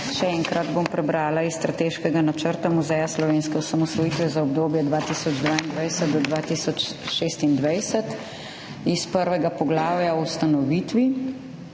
Še enkrat bom prebrala iz strateškega načrta Muzeja slovenske osamosvojitve za obdobje 2022–2026, iz prvega poglavja o ustanovitvi,